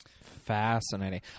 Fascinating